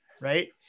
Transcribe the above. Right